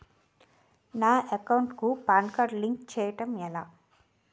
నా అకౌంట్ కు PAN card link చేయడం ఎలా?